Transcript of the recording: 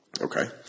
okay